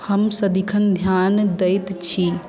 हम सदिखन ध्यान दैत छी